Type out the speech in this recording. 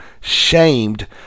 shamed